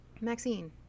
Maxine